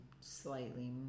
slightly